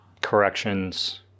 Corrections